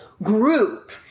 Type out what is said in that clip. group